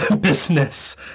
business